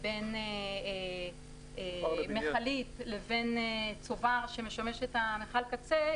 בין מכלית לבין צובר שמשמש את מכל הקצה,